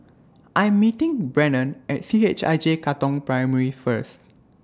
I Am meeting Brennen At C H I J Katong Primary First